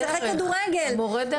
לשחק כדורגל,